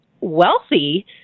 wealthy